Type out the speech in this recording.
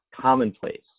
commonplace